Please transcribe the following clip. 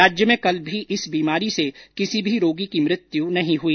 राज्य में कल भी इस बीमारी से किसी भी रोगी की मृत्यु नहीं हई